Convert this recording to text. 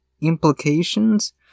implications